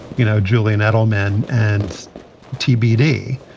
you know, julian edelman and tbd.